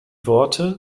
worte